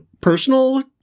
personal